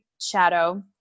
shadow